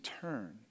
turn